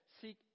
seek